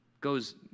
goes